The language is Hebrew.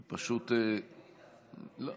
זה פשוט, זה לא